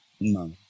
No